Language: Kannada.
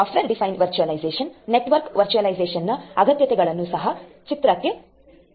ಸಾಫ್ಟ್ವೇರ್ ಡಿಫೈನ್ಡ್ ವರ್ಚುವಲೈಸೇಶನ್ ನೆಟ್ವರ್ಕ್ ವರ್ಚುವಲೈಸೇಶನ್ನ ಅಗತ್ಯತೆಯನ್ನು ಸಹ ಚಿತ್ರಕ್ಕೆ ತರುತ್ತದೆ